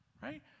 Right